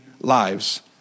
lives